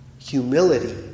humility